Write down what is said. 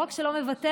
ולא רק שלא מוותרת,